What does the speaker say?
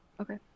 Okay